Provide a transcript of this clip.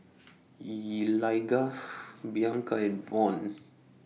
Eligah Bianca and Von